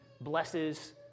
blesses